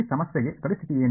ಈ ಸಮಸ್ಯೆಗೆ ಗಡಿ ಸ್ಥಿತಿ ಏನು